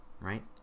right